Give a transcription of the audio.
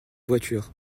voiture